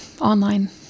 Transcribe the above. online